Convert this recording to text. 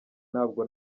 ntabwo